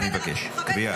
אני מכבדת, אדוני,